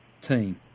team